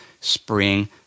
spring